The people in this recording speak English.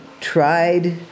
tried